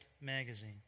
magazine